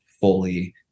fully